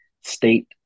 state